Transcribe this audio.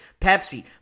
Pepsi